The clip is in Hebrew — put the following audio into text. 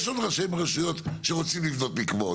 יש עוד ראשי רשויות שרוצים לבנות מקוואות,